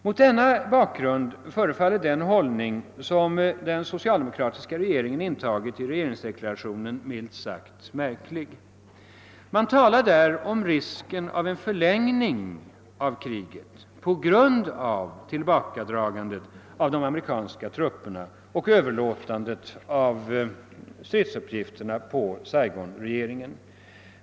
Mot denna bakgrund förefaller den hållning, som den socialdemokratiska regeringen intagit i regeringsdeklarationen milt sagt märklig. Man talar där om risken för en förlängning av kriget på grund av tillbakadragandet av de amerikanska trupperna och överlåtandet av stridsuppgifterna på Saigonre geringen.